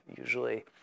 usually